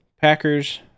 Packers